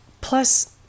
plus